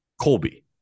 Colby